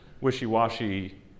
wishy-washy